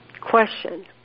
question